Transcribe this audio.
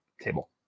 table